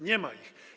Nie ma ich.